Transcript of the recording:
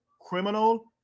criminal